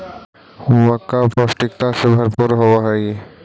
मक्का पौष्टिकता से भरपूर होब हई